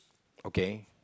okay